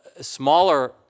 smaller